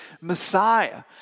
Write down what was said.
Messiah